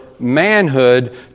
Manhood